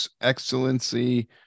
Excellency